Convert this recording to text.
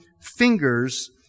fingers